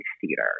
theater